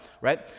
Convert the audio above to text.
right